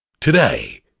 Today